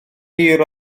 hir